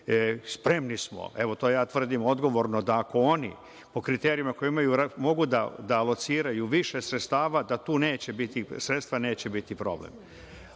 Spremni smo, evo ja tvrdim odgovorno, da ako oni, po kriterijumima koje imaju, mogu da lociraju više sredstava, da tu sredstva neće biti problem. Ono